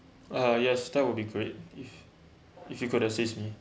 uh yes that will be great if if you could assist me